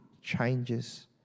changes